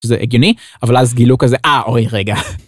שזה הגיוני, אבל אז גילו כזה, אה, אוי, רגע.